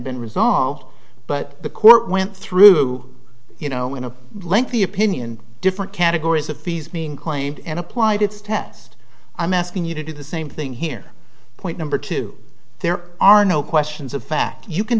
been resolved but the court went through you know in a lengthy opinion different categories of fees being claimed and applied it's test i'm asking you to do the same thing here point number two there are no questions of fact you can